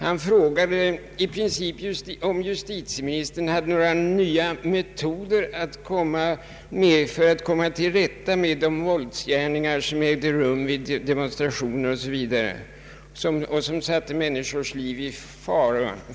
Han frågade i princip om justitieministern hade tänkt sig några nya metoder för att komma till rätta med de våldsgärningar som äger rum vid demonstrationer 0. s. v. och som satt människors liv i fara.